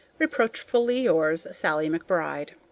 reproachfully yours, sallie mcbride.